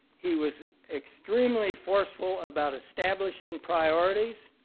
he was extremely forceful about establishing priorities.